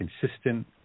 consistent